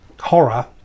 horror